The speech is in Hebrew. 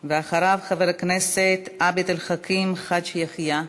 ואחריו, חבר הכנסת עבד אל חכים חאג' יחיא.